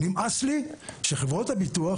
נמאס לי שחברות הביטוח